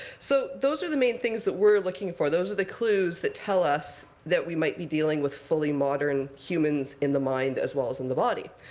so those are the main things that we're looking for. those are the clues that tell us that we might be dealing with fully modern humans in the mind as well as and the body.